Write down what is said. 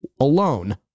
alone